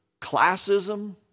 classism